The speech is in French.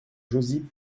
josy